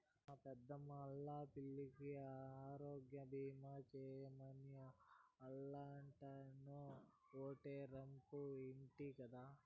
మా పెద్దమ్మా ఆల్లా పిల్లికి ఆరోగ్యబీమా సేయమని ఆల్లింటాయినో ఓటే రంపు ఇంటి గదా